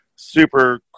Super